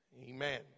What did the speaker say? Amen